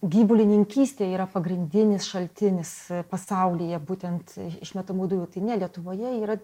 gyvulininkystė yra pagrindinis šaltinis pasaulyje būtent išmetamų dujų tai ne lietuvoje yra